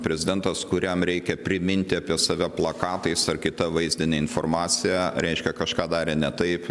prezidentas kuriam reikia priminti apie save plakatais ar kitą vaizdine informacija reiškia kažką darė ne taip